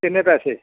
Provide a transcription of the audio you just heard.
किन्ने पैसे